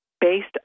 based